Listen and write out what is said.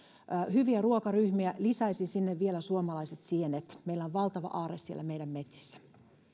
hyviä ruokaryhmiä lisäisin sinne vielä suomalaiset sienet meillä on valtava aarre meidän metsissämme